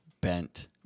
bent